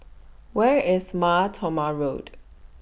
Where IS Mar Thoma Road